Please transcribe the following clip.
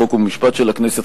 חוק ומשפט של הכנסת,